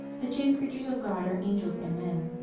the chief creatures of god are angels and men.